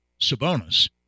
Sabonis